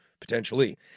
Potentially